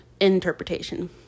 interpretation